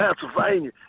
Pennsylvania